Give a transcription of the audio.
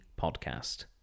podcast